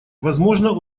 возможно